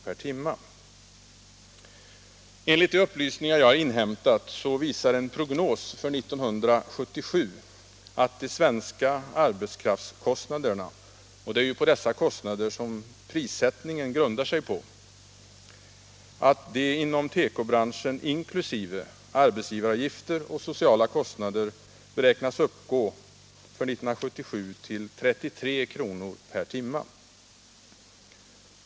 per timme. Enligt de upplysningar jag har inhämtat visar en prognos för 1977 att de svenska arbetskraftskostnaderna — det är ju dessa kostnader prissättningen grundar sig på — inom tekobranschen inkl. arbetsgivaravgifter och sociala kostnader beräknas uppgå till mer än 33 kr. per timme.